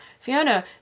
Fiona